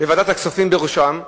וועדת הכספים בראשן,